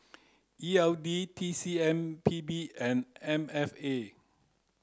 E L D T C M P B and M F A